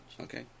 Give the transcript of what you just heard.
Okay